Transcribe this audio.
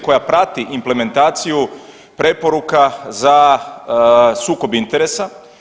koja prati implementaciju preporuka za sukob interesa.